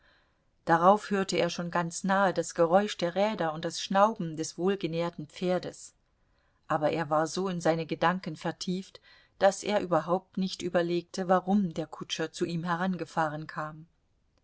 darauf hörte er schon ganz nahe das geräusch der räder und das schnauben des wohlgenährten pferdes aber er war so in seine gedanken vertieft daß er überhaupt nicht überlegte warum der kutscher zu ihm herangefahren kam